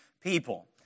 people